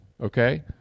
Okay